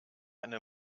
eine